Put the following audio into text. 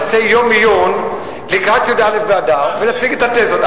נעשה יום עיון לקראת י"א באדר ונציג את התזות,